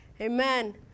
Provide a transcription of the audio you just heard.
amen